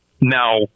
Now